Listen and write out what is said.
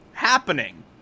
happening